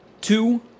Two